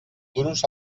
duros